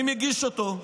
אני מגיש אותו,